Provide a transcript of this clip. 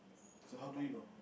so how do you know